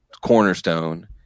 cornerstone